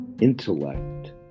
intellect